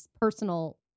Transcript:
personal